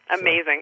Amazing